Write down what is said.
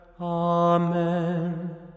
Amen